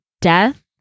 death